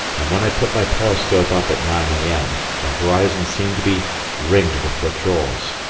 and when i put my periscope up at nine a m. the horizon seemed to be ringed with patrols.